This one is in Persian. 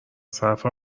صرف